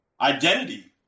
Identity